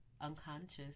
unconscious